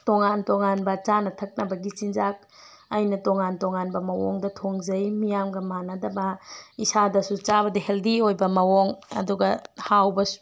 ꯇꯣꯉꯥꯟ ꯇꯣꯉꯥꯟꯕ ꯆꯥꯅ ꯊꯛꯅꯕꯒꯤ ꯆꯤꯟꯖꯥꯛ ꯑꯩꯅ ꯇꯣꯉꯥꯟ ꯇꯣꯉꯥꯟꯕ ꯃꯑꯣꯡꯗ ꯊꯣꯡꯖꯩ ꯃꯤꯌꯥꯝꯒ ꯃꯥꯟꯅꯗꯕ ꯏꯁꯥꯗꯁꯨ ꯆꯥꯕꯗ ꯍꯦꯜꯗꯤ ꯑꯣꯏꯕ ꯃꯑꯣꯡ ꯑꯗꯨꯁꯨ ꯍꯥꯎꯕꯁꯨ